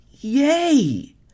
yay